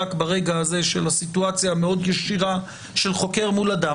ברגע הזה של הסיטואציה המאוד ישירה של חוקר מול אדם,